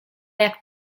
jak